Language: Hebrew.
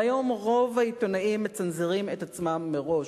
והיום, רוב העיתונאים מצנזרים את עצמם מראש.